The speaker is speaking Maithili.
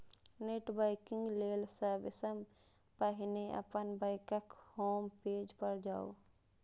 नेट बैंकिंग लेल सबसं पहिने अपन बैंकक होम पेज पर जाउ